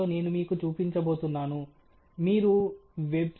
ఆపై డేటా ఆధారిత మోడళ్లను రూపొందించడానికి ఒక క్రమమైన విధానం లో మనం వెళ్తాము